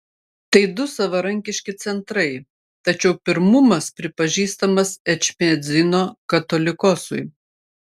tai du savarankiški centrai tačiau pirmumas pripažįstamas ečmiadzino katolikosui